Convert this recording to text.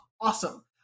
awesome